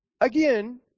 Again